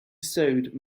sewed